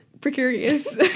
precarious